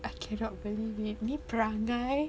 I cannot believe it ni perangai